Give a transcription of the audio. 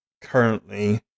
currently